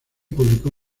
publicó